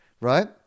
Right